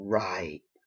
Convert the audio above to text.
right